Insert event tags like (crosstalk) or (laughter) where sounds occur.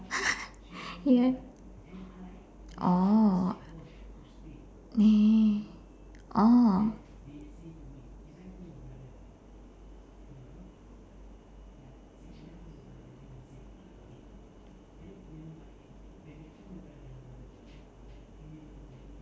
(laughs) yeah oh uh oh